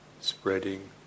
spreading